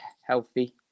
healthy